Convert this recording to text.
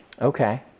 Okay